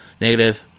negative